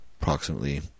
approximately